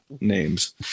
names